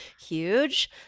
Huge